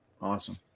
Awesome